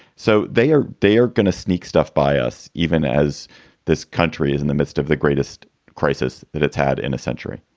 so they are they are going to sneak stuff by us even as this country is in the midst of the greatest crisis that it's had in a century